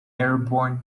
airborne